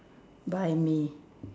buy me